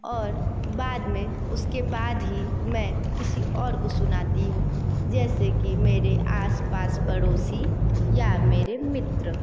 और बाद में उसके बाद ही मैं किसी और को सुनाती हूँ जैसे की मेरे आस पास पड़ोसी या मेरे मित्र